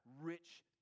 rich